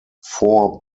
four